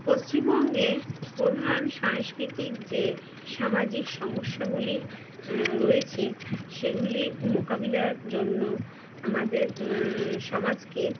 পশ্চিমবঙ্গের প্রধান সাংস্কৃতিক যে সামাজিক সমস্যাগুলি রয়েছে সেগুলি মোকাবিলার জন্য আমাদের সমাজকে